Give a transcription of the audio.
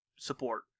support